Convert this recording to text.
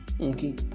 okay